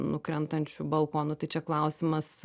nukrentančiu balkonu tai čia klausimas